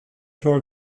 tor